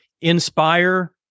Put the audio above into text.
inspire